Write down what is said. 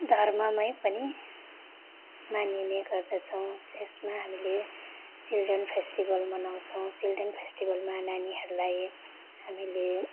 धर्ममै पनि मानिने गर्दछौँ त्यसमा हामीले चिल्ड्रन फेस्टिवल मनाउँछौँ चिल्ड्रन फेस्टिवलमा नानीहरूलाई हामीले